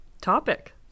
topic